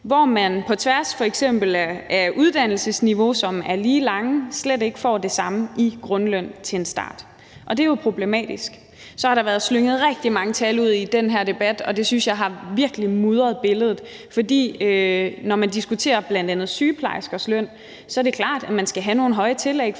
hvor man på tværs af f.eks. uddannelser, som er lige lange, slet ikke får det samme i grundløn til en start. Og det er jo problematisk. Så har der været slynget rigtig mange tal ud i den her debat, og det synes jeg virkelig har mudret billedet. For når man diskuterer bl.a. sygeplejerskers løn, er det klart, at man skal have nogle høje tillæg